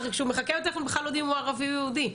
הרי כשהוא מחכה בטלפון בכלל לא יודעים אם הוא ערבי או יהודי,